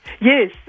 Yes